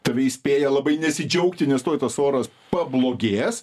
tave įspėja labai nesidžiaugti nes tuoj tas oras pablogės